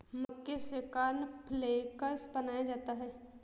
मक्के से कॉर्नफ़्लेक्स बनाया जाता है